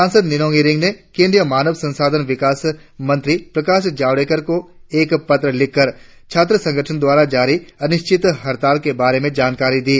सांसद निनोंग इरिंग ने केंद्रीय मानव संसाधन विकास मंत्री प्रकाश जावड़ेकर को एक पत्र लिखकर छात्रों संगठन द्वारा जारी अनिश्चित हड़ताल के बारे में जानकारी दी